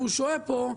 והוא שוהה פה,